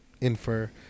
infer